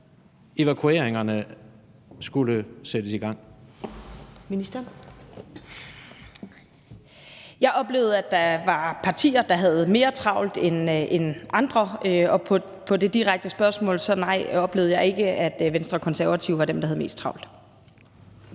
Forsvarsministeren (Trine Bramsen): Jeg oplevede, at der var partier, der havde mere travlt end andre – og til det direkte spørgsmål: Nej, jeg oplevede ikke, at Venstre og Konservative var dem, der havde mest travlt.